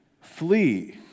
flee